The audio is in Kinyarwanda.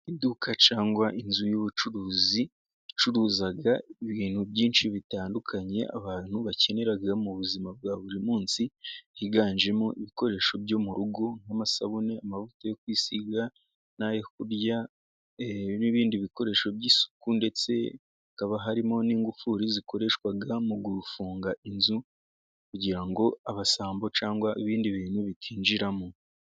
Iduka cyangwa inzu y'ubucuruzi, icuruza ibintu byinshi bitandukanye abantu bakenira mu buzima bwa buri munsi, higanjemo ibikoresho byo mu rugo, nk'amasabune, amavuta yo kwisiga, n'ayo kurya n'ibindi bikoresho by'isuku, ndetse hakaba harimo n'ingufuri zikoreshwa mu gufunga inzu, kugira ngo abasambo cyangwa ibindi bintu bitinjiramo.